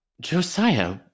Josiah